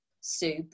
soup